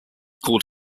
called